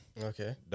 okay